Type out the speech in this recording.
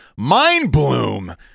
Mindbloom